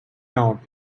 not